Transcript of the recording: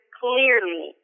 clearly